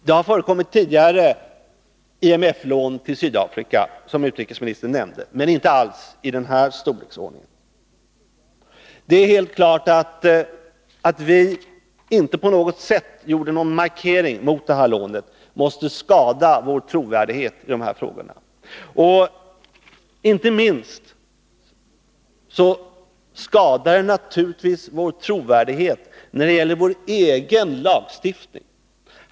Det har tidigare förekommit IMF-lån till Sydafrika, som utrikesministern nämnde, men inte alls i den här storleksordningen. Det är helt klart att det faktum att vi inte på något sätt gjorde någon markering mot det här lånet måste skada vår trovärdighet när det gäller de här frågorna. Inte minst skadar det naturligtvis vår trovärdighet när det gäller vår egen lagstiftning.